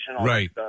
Right